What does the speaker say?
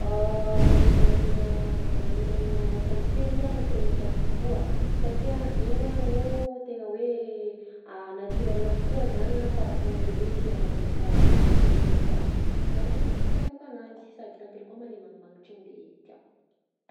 Magnamamy hanina aminà tantely a no tegna tiako kokoa satria igny a no tegna hoe naturel kokoa zany a par rapport am'le hoe siramamy efa tonga de hoe vita, zany no itiavako ananjy, sady tantely koa ma le magnimagnitra igny de tiako.